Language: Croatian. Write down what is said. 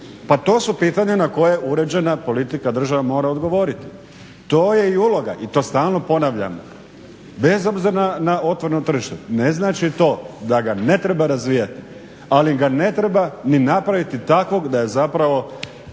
Pa to su pitanja na koja uređena politika, država mora odgovoriti. To je i uloga i to stalno ponavljam bez obzira na otvoreno tržište. Ne znači to da ga ne treba razvijati, ali ga ne treba ni napraviti takvog da je zapravo